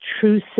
true